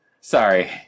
Sorry